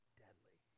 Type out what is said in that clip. deadly